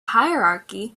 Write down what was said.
hierarchy